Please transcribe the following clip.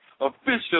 official